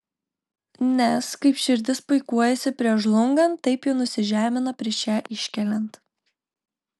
nes kaip širdis puikuojasi prieš žlungant taip ji nusižemina prieš ją iškeliant